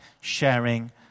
sharing